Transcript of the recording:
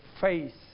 faith